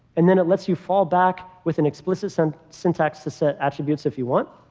and then it lets you fall back with an explicit so and syntax to set attributes if you want.